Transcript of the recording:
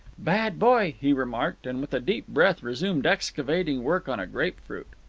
bad boy, he remarked, and with a deep breath resumed excavating work on a grapefruit.